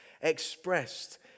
expressed